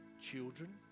Children